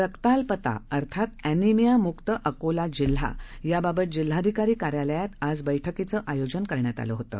रक्ताल्पता अर्थात अँनिमिया मुक्त अकोला जिल्हा याबाबत जिल्हाधिकारी कार्यालयात बैठकीचं आयोजन करण्यात आलं होतं